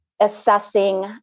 assessing